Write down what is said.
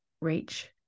reach